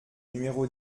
numéro